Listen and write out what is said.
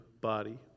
body